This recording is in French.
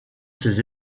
ses